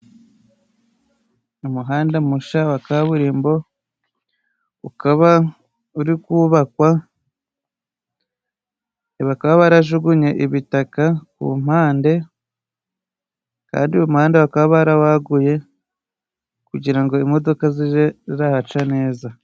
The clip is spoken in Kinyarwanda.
Umuhanda mushya wa kaburimbo ukaba uri kubakwa bakaba barajugunye ibitaka ku mpande, kandi yu muhanda bakaba barawaguye kugira ngo imodoka zije ziracamo neza.